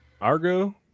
Argo